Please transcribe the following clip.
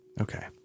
Okay